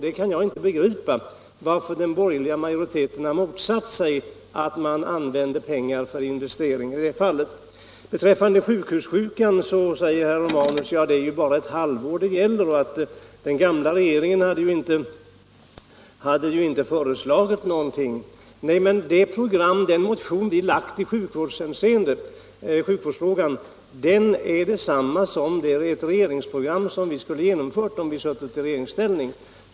Jag kan inte begripa varför den borgerliga majoriteten har motsatt sig att man i detta fall använder pengar för investering. Beträffande sjukhussjukan sade herr Romanus att det bara gäller ett halvår och att den gamla regeringen inte föreslagit någonting. Men den motion som vi framlagt i sjukvårdsfrågan överensstämmer med det regeringsprogram som vi skulle ha genomfört, om vi fortfarande suttit i regeringsställning.